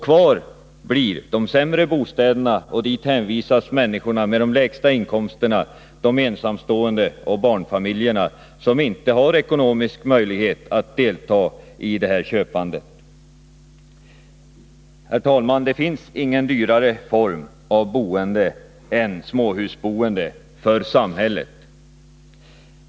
Kvar blir de sämre bostäderna, och dit hänvisas människorna med de lägsta inkomsterna, de ensamstående och barnfamiljerna som inte har ekonomisk möjlighet att delta i köpandet. Herr talman! Det finns för samhället ingen dyrare form av boende än småhusboende.